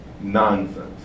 nonsense